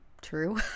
true